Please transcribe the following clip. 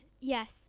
yes